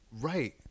right